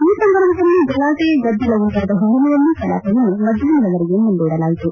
ಈ ಸಂದರ್ಭದಲ್ಲಿ ಗಲಾಟಿ ಗದ್ದಲ ಉಂಟಾದ ಹಿನ್ನೆಲೆಯಲ್ಲಿ ಕಲಾಪವನ್ನು ಮಧ್ವಾಷ್ನದವರೆಗೆ ಮುಂದೂಡಲಾಯಿತು